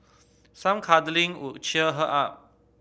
some cuddling would cheer her up